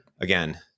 Again